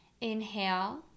Inhale